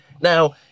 Now